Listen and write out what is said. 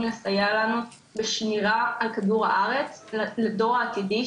לסייע לנו בשמירה על כדור הארץ לדור העתידי,